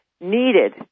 needed